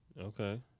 Okay